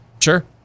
Sure